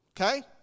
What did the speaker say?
Okay